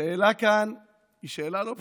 השאלה כאן היא שאלה לא פשוטה.